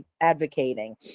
advocating